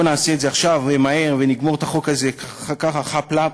בוא נעשה את זה עכשיו ומהר ונגמור את החוק הזה ככה חאפ-לאפ,